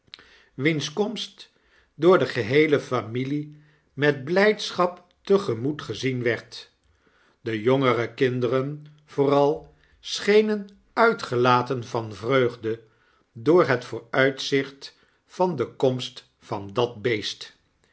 wiens komst door de geheele familie met blydschap te gemoet gezien werd de jongere kinderen vooral schenen uitgelaten van vreugde door het vooruitzicht van de komst van dat beest